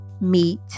Meat